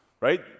right